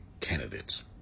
candidates